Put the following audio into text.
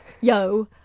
yo